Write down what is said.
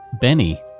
Benny